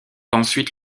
ensuite